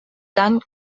tant